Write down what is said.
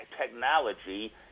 technology